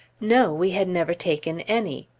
no we had never taken any.